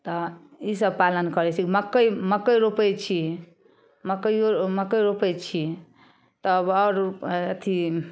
तऽ ईसब पालन करै छी मकइ मकइ रोपै छी मकइओ मकइ रोपै छी तब आओर अथी